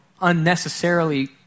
unnecessarily